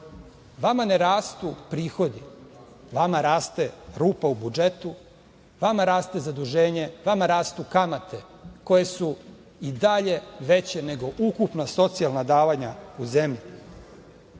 ne rastu prihodi, vama raste rupa u budžetu, vama raste zaduženje, vama rastu kamate, koje su i dalje veće nego ukupna socijalna davanja u zemlji.